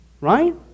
right